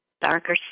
darker